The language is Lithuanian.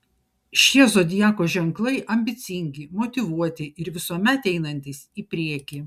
šie zodiako ženklai ambicingi motyvuoti ir visuomet einantys į priekį